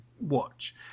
watch